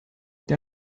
der